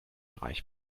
erreichbar